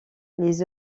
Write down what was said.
les